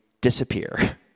disappear